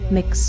Mix